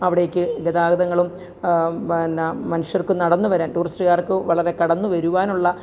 അവിടേക്ക് ഗതാഗതങ്ങൾ പിന്നെ മനുഷ്യര്ക്കു നടന്നു വരാന് ടൂറിസ്റ്റുകാര്ക്കു വളരെ കടന്നു വരുവാനുള്ള